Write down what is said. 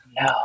no